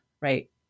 right